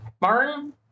Martin